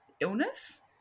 illness